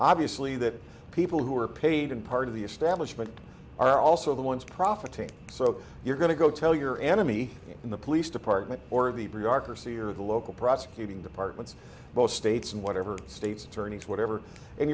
obviously that people who are paid in part of the establishment are also the ones profiting so you're going to go tell your enemy in the police department or the bureaucracy or the local prosecuting departments both states and whatever states attorneys whatever and